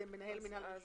זה מנהל מנהל רישוי,